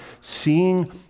seeing